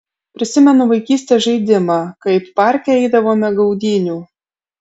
prisimenu vaikystės žaidimą kaip parke eidavome gaudynių